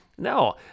No